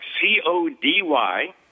C-O-D-Y